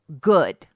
good